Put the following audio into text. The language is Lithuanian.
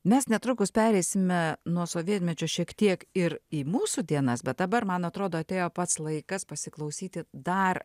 mes netrukus pereisime nuo sovietmečio šiek tiek ir į mūsų dienas bet dabar man atrodo atėjo pats laikas pasiklausyti dar